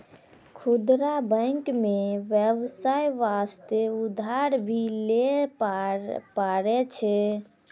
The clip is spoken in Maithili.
खुदरा बैंक मे बेबसाय बास्ते उधर भी लै पारै छै